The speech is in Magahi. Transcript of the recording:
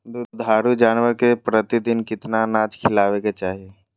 दुधारू जानवर के प्रतिदिन कितना अनाज खिलावे के चाही?